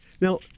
Now